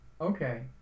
Okay